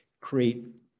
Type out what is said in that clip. create